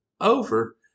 over